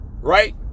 right